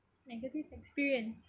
negative experience